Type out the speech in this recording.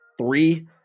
three